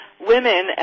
women